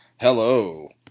Hello